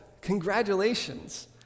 Congratulations